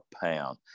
pound